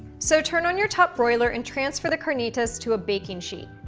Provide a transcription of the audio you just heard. so, turn on your top broiler and transfer the carnitas to a baking sheet.